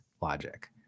logic